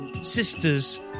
sister's